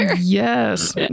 Yes